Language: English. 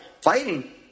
Fighting